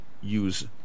use